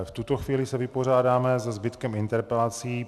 V tuto chvíli se vypořádáme se zbytkem interpelací.